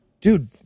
dude